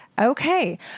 Okay